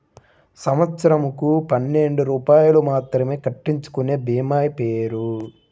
సంవత్సరంకు పన్నెండు రూపాయలు మాత్రమే కట్టించుకొనే భీమా పేరు?